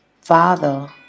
Father